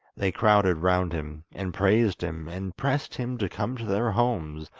they crowded round him, and praised him, and pressed him to come to their homes,